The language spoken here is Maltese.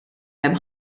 hemm